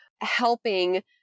helping